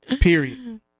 period